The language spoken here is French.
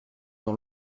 dans